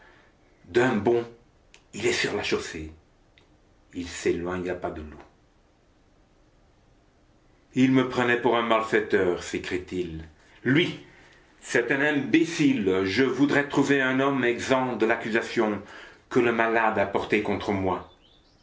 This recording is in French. d'un bond il est sur la chaussée il s'éloigne à pas de loup il me prenait pour un malfaiteur s'écrie-t-il lui c'est un imbécile je voudrais trouver un homme exempt de l'accusation que le malade a portée contre moi